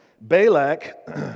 Balak